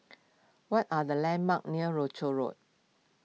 what are the landmarks near Rochor Road